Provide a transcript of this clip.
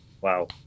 Wow